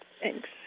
Thanks